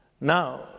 Now